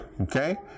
Okay